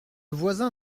voisin